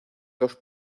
dos